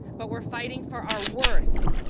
but we're fighting for our worth,